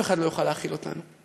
אף אחד לא יוכל להכיל אותנו.